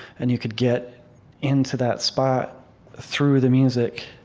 and you could get into that spot through the music,